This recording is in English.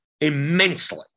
immensely